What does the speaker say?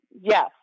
Yes